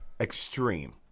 Extreme